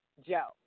Joe